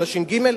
של הש"ג?